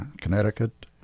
Connecticut